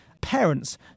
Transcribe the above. parents